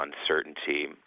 uncertainty